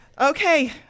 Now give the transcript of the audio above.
okay